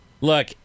Look